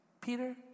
Peter